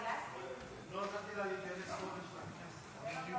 לא נתתי לה להיכנס לכנסת במשך חודש.